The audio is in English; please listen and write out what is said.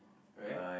right